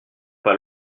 pas